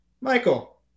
Michael